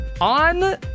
On